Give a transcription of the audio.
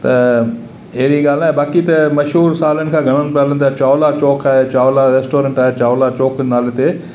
त अहिड़ी ॻाल्हि नाहे बाक़ी त मशहूर सालनि खां घणनि पिया हंधु हलनि पिया चावला चौक आहे चावला रेस्टोरेंट आहे चावला चौक नाले ते